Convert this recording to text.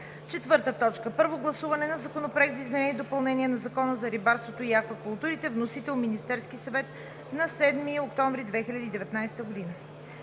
продължение. 4. Първо гласуване на Законопроект за изменение и допълнение на Закона за рибарството и аквакултурите. Вносител е Министерският съвет на 7 октомври 2019 г.